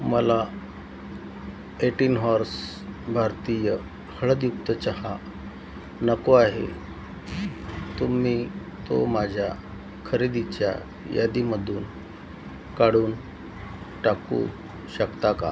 मला eighteen horse भारतीय हळदयुक्त चहा नको आहे तुम्ही तो माझ्या खरेदीच्या यादीमधून काढून टाकू शकता का